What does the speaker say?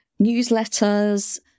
newsletters